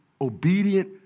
obedient